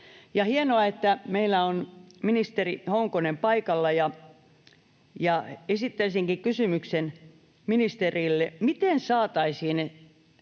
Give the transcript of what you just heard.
Hienoa, että meillä on ministeri Honkonen paikalla, ja esittäisinkin kysymyksen ministerille: miten saataisiin